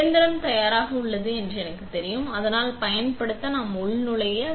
எனவே இயந்திரம் தயாராக உள்ளது என்று எனக்கு தெரியும் அதனால் பயன்படுத்த நாம் உள்நுழைய